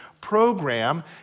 program